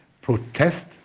protest